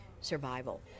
survival